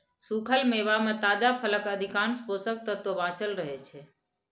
सूखल मेवा मे ताजा फलक अधिकांश पोषक तत्व बांचल रहै छै